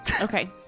Okay